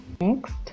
Next